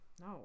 No